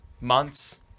months